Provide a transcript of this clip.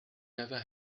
never